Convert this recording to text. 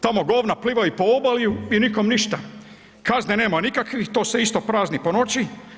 Tamo govna plivaju po obali i nikom ništa, kazne nema nikakvih, to se isto prazni po noći.